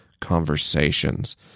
conversations